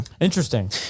Interesting